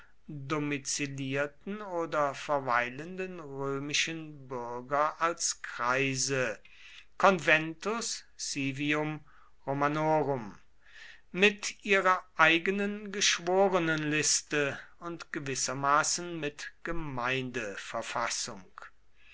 domizilierten oder verweilenden römischen bürger als kreise conventus civium romanorum mit ihrer eigenen geschworenenliste und gewissermaßen mit